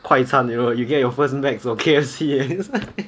快餐 you know you get your first macs or K_F_C